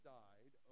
died